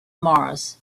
mars